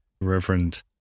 Reverend